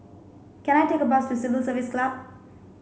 can I take a bus to Civil Service Club